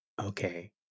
Okay